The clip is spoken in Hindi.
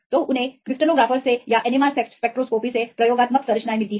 तो उन्हें क्रिस्टलोग्राफरों से या एनएमआर स्पेक्ट्रोस्कोपी से प्रयोगात्मक संरचनाएं मिलती हैं